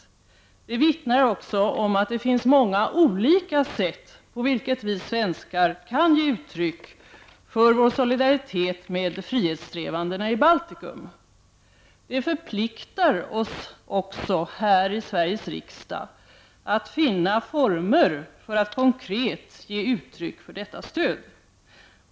Dessutom vittnar detta om att det finns många olika sätt på vilka vi svenskar kan ge uttryck för vår solidaritet med frihetssträvandena i Baltikum. Det förpliktar oss också här i Sveriges riksdag att finna former för att konkret ge uttryck för detta stöd.